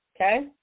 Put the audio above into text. okay